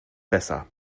besser